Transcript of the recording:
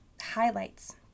highlights